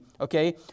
okay